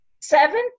seven